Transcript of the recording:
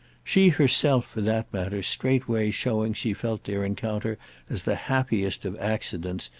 she herself, for that matter, straightway showing she felt their encounter as the happiest of accidents,